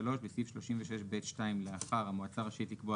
ניתן להצביע